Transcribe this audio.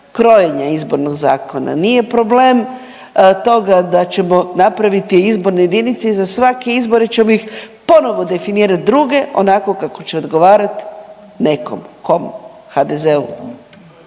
krojenja Izbornog zakona, nije problem da ćemo napraviti izborne jedinice i za svaki izbore ćemo ih ponovo definirati druge onako kako će odgovarati nekom. Kom? HDZ-u.